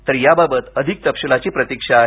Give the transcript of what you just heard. तर याबाबत अधिक तपशिलाची प्रतीक्षा आहे